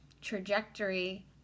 trajectory